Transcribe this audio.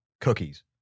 cookies